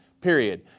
period